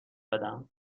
بدم